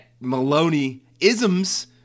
Maloney-isms